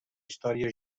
història